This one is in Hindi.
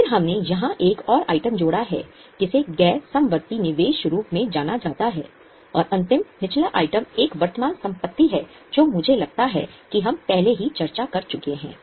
फिर हमने यहां एक और आइटम जोड़ा है जिसे गैर समवर्ती निवेश रूप में जाना जाता है और अंतिम निचला आइटम एक वर्तमान संपत्ति है जो मुझे लगता है कि हम पहले ही चर्चा कर चुके हैं